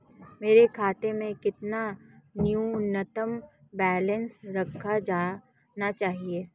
मेरे खाते में कितना न्यूनतम बैलेंस रखा जाना चाहिए?